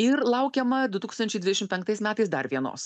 ir laukiama du tūkstančiai dvidešim penktais metais dar vienos